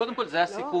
קודם כול, זה הסיכום.